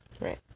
Right